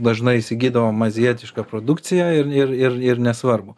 dažnai įsigydavom azijietiška produkciją ir ir ir ir nesvarbu